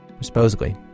Supposedly